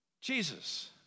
Jesus